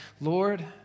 Lord